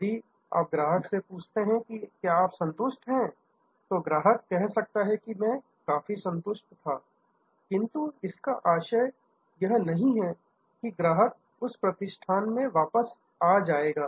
यदि आप ग्राहक से पूछते हैं कि क्या आप संतुष्ट हैं तो ग्राहक कह सकता है कि मैं काफी संतुष्ट था किंतु इसका आशय यह नहीं है कि ग्राहक उस प्रतिष्ठान में वापस आ जाएगा